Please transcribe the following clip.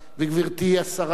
גברתי השרה,